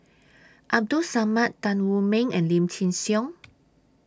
Abdul Samad Tan Wu Meng and Lim Chin Siong